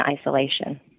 isolation